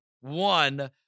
One